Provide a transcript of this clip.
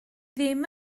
ddim